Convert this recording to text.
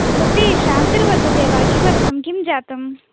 भवती श्रान्तिर्वर्तते वा किमर्थं किं जातम्